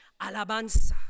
Alabanza